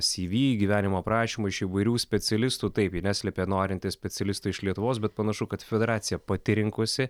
sy vy gyvenimo aprašymų iš įvairių specialistų taip jie neslėpė norintys specialistų iš lietuvos bet panašu kad federacija pati rinkosi